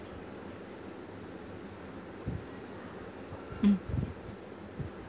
mm